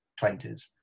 20s